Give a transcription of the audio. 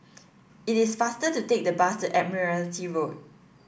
it is faster to take the bus to Admiralty Road